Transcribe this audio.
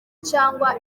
cyangwa